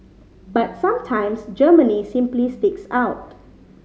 but sometimes Germany simply sticks out